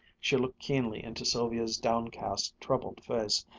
she looked keenly into sylvia's downcast, troubled face,